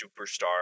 superstar